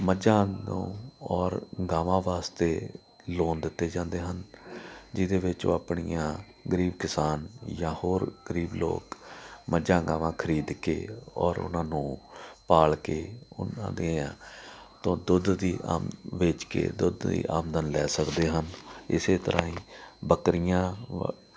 ਮੱਝਾਂ ਨੂੰ ਔਰ ਗਾਵਾਂ ਵਾਸਤੇ ਲੋਨ ਦਿੱਤੇ ਜਾਂਦੇ ਹਨ ਜਿਹਦੇ ਵਿੱਚ ਉਹ ਆਪਣੀਆਂ ਗਰੀਬ ਕਿਸਾਨ ਜਾਂ ਹੋਰ ਗਰੀਬ ਲੋਕ ਮੱਝਾਂ ਗਾਵਾਂ ਖਰੀਦ ਕੇ ਔਰ ਉਹਨਾਂ ਨੂੰ ਪਾਲ ਕੇ ਉਹਨਾਂ ਦੇ ਤੋਂ ਦੁੱਧ ਦੀ ਆਮ ਵੇਚ ਕੇ ਦੁੱਧ ਦੀ ਆਮਦਨ ਲੈ ਸਕਦੇ ਹਨ ਇਸੇ ਤਰ੍ਹਾਂ ਹੀ ਬੱਕਰੀਆਂ